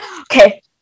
okay